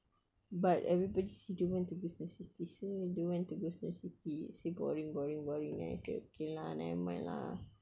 but everybody say don't want to see seh don't want to go snow city say boring boring boring the I say okay lah nevermind lah